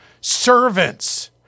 servants